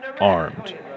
armed